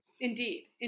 Indeed